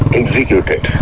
executed